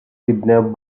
kidnapped